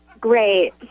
Great